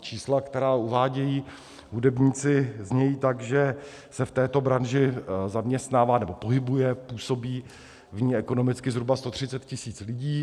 Čísla, která uvádějí hudebníci, znějí tak, že se v této branži zaměstnává nebo pohybuje, působí v ní ekonomicky zhruba 130 tisíc lidí.